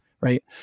right